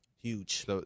huge